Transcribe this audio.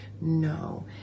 no